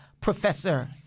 professor